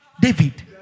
David